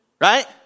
right